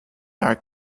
are